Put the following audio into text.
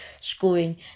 scoring